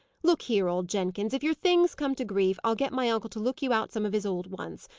look here, old jenkins! if your things come to grief, i'll get my uncle to look you out some of his old ones.